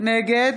נגד